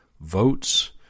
votes